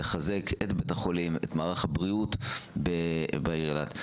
לחזק את בית החולים ואת מערך הבריאות בעיר אילת.